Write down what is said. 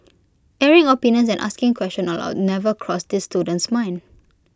airing opinions and asking questions aloud never crossed this student's mind